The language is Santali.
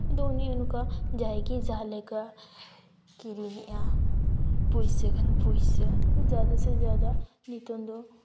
ᱟᱫᱚ ᱩᱱᱤ ᱚᱱᱠᱟ ᱡᱟᱦᱟᱸᱭᱜᱮ ᱡᱟᱦᱟᱸ ᱞᱮᱠᱟ ᱠᱤᱨᱤᱧᱮᱜᱼᱟ ᱯᱩᱭᱥᱟᱹ ᱠᱷᱟᱱ ᱯᱩᱭᱥᱟᱹ ᱡᱟᱫᱟ ᱥᱮ ᱡᱟᱫᱟ ᱱᱤᱛᱚᱝ ᱫᱚ